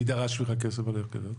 מי דרש ממך כסף על הקבר?